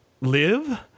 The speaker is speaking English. live